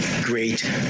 great